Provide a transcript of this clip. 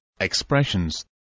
expressions